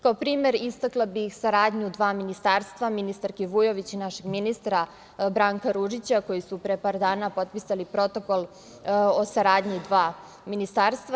Kao primer, istakla bih saradnju dva ministarstva, ministarke Vujović i našeg ministra Branka Ružića koji su pre par dana potpisali Protokol o saradnji dva ministarstva.